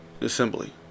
Assembly